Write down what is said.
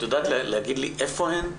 את יודעת להגיד לי איפה הן?